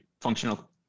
functional